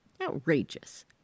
Outrageous